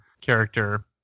character